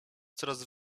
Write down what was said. coraz